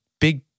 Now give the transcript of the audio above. big